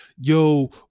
yo